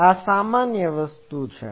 તેથી આ સામાન્ય વસ્તુ છે